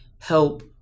help